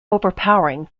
overpowering